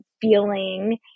feeling